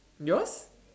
yours